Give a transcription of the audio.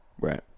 Right